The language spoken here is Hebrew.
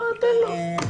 ואללה, תן לו.